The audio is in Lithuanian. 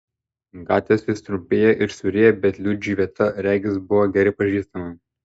gatvės vis trumpėjo ir siaurėjo bet liudžiui vieta regis buvo gerai pažįstama